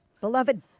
beloved